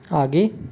आगे